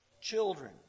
children